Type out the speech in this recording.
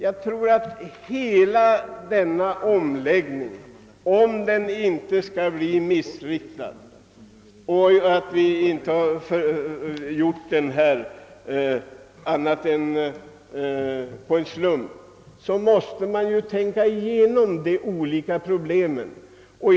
Jag tror att man måste tänka igenom de olika problem som uppstår i samband med denna omläggning, om den inte skall bli missriktad på grund av att den tillkommit på en slump.